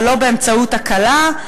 ולא באמצעות הקלה.